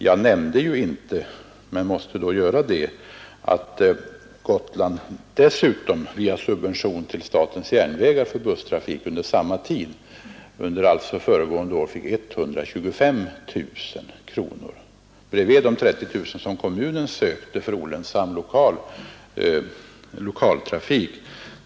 Jag nämnde ju inte men måste göra det att Gotland dessutom via subvention till SJ för busstrafik under samma tid, under föregående år, fick 125 000 kronor utöver de 30 000 kronor som kommunen sökte för olönsam lokaltrafik.